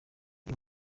uyu